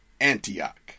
Antioch